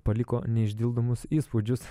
paliko neišdildomus įspūdžius